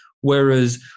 Whereas